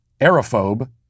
aerophobe